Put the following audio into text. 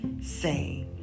say